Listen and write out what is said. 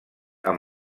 amb